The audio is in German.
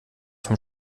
vom